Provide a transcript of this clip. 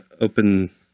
open